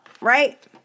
right